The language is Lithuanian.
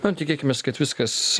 na tikėkimės kad viskas